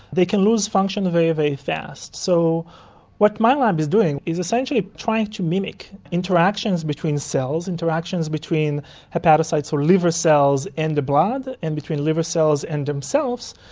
they can lose function very, very fast. so what my lab is doing is essentially trying to mimic interactions between cells, interactions between hepatocytes or liver cells in the blood and between liver cells and themselves,